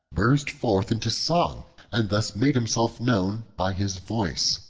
burst forth into song and thus made himself known by his voice,